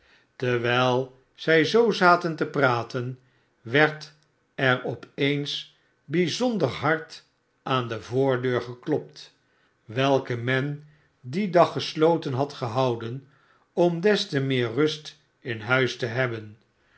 terwijl zij zoo zaten te praten werd er op eens bijzonder hard aan de voordeur geklopt welke men dien dag geslotenhad gehouden om des te meer rust in huis te hebben